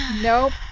nope